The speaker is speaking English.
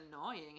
annoying